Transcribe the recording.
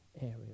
area